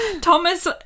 thomas